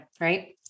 right